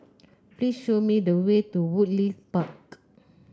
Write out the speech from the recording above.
please show me the way to Woodleigh Park